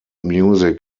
music